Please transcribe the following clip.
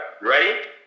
Ready